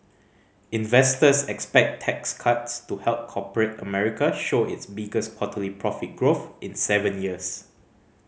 investors expect tax cuts to help corporate America show its biggest quarterly profit growth in seven years